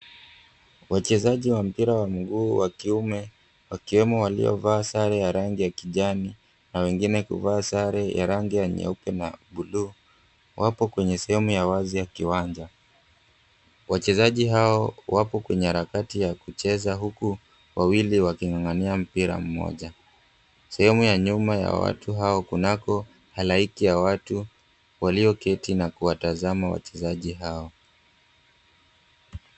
Wachezaji wa mpira wa mguu wa kiume wakiwemo waliovaa sare ya kijani na wengine kuvaa sare ya rangi ya nyeupe na bluu, wapo katika sehemu ya wazi ya uwanja. Wachezaji hao wapo kwenye harakati ya kucheza huku wawili waking'ang'ania mpira mmoja. Sehemu ya nyuma ya watu hao kunako halaiki ya watu walioketi na kuwatazama wachezaji hao.